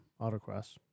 autocross